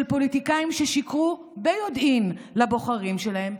של פוליטיקאים ששיקרו ביודעין לבוחרים שלהם,